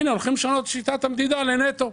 הנה, הולכים לשנות את שיטת המדידה לנטו"